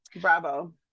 bravo